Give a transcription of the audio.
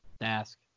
ask